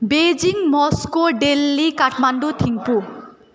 Beijing Moscow Delhi Kathmandu Thimphu